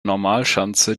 normalschanze